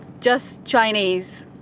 just chinese?